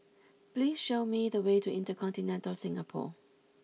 please show me the way to InterContinental Singapore